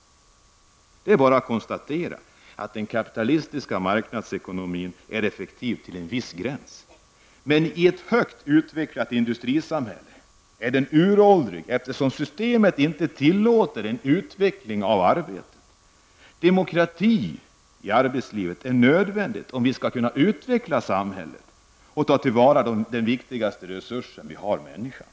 Det är bara att konstatera att den kapitalistiska marknadsekonomin är effektiv till en viss gräns. I ett högutvecklat industrisamhälle är den uråldrig, eftersom systemet inte tillåter en utveckling av arbetet. Demokrati i arbetslivet är nödvändig om vi skall kunna utveckla samhället och ta till vara den viktigaste resursen vi har, människan.